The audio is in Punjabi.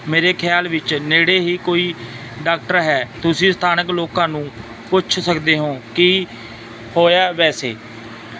ਮੇਰੇ ਖਿਆਲ ਵਿੱਚ ਨੇੜੇ ਹੀ ਕੋਈ ਡਾਕਟਰ ਹੈ ਤੁਸੀਂ ਸਥਾਨਕ ਲੋਕਾਂ ਨੂੰ ਪੁੱਛ ਸਕਦੇ ਹੋ ਕੀ ਹੋਇਆ ਵੈਸੇ